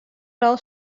rol